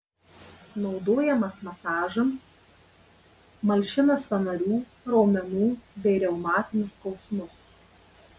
naudojamas masažams malšina sąnarių raumenų bei reumatinius skausmus